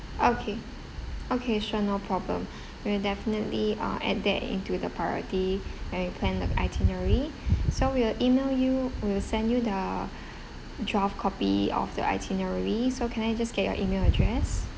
okay okay sure no problem we will definitely uh add that into the priority when we plan the itinerary so we will email you we will send you the draft copy of the itinerary so can I just get your email address